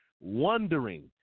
wondering